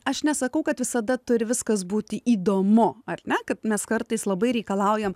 aš nesakau kad visada turi viskas būti įdomu ar ne kad mes kartais labai reikalaujam